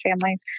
families